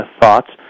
thoughts